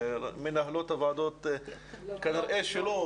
כנראה שלא,